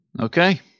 okay